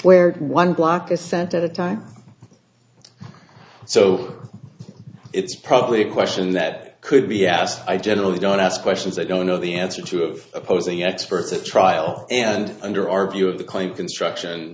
where one block a cent of the time so it's probably a question that could be asked i generally don't ask questions i don't know the answer to of opposing experts at trial and under our view of the claim construction